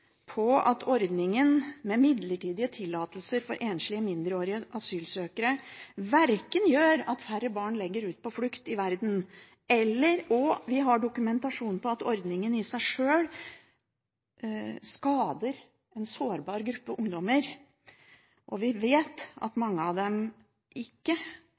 på at ordningen med midlertidig tillatelse for enslige mindreårige asylsøkere ikke fører til at færre barn legger ut på flukt i verden, og vi har dokumentasjon på at ordningen i seg sjøl skader en sårbar gruppe ungdommer. Vi vet at mange av dem ikke